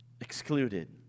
Excluded